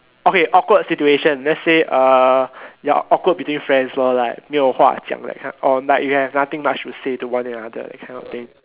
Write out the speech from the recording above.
okay awkward situation let's say uh you are awkward between friends lor like 没有话讲 like you have nothing much to say to one another that kind of thing